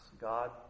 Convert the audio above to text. God